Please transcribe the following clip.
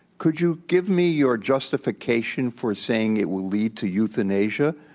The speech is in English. could you give me your justification for saying, it will lead to euthanasia,